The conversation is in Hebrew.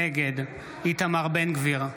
נגד איתמר בן גביר,